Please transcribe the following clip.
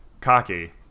cocky